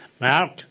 Mark